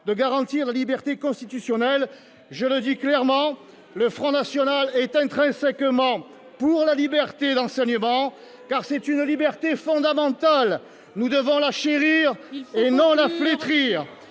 aimons la liberté ! Je le dis clairement : le Front national est intrinsèquement pour la liberté d'enseignement, car c'est une liberté fondamentale. Nous devons la chérir et non la flétrir.